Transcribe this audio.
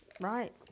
Right